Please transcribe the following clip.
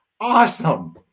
awesome